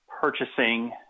purchasing